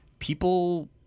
People